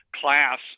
class